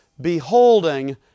beholding